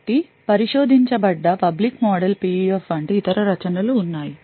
కాబట్టి పరిశోధించబడ్డ public model PUF వంటి ఇతర రచనలు ఉన్నాయి